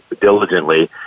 diligently